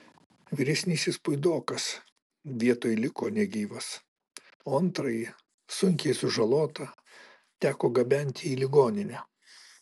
vyresnysis puidokas vietoj liko negyvas o antrąjį sunkiai sužalotą teko gabenti į ligoninę